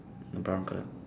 brown colour